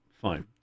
fine